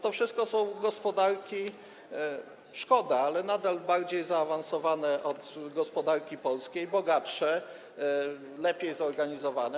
To wszystko są gospodarki - i szkoda - nadal bardziej zaawansowane od gospodarki polskiej, bogatsze, lepiej zorganizowane.